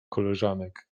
koleżanek